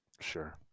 sure